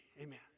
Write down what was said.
Amen